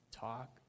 talk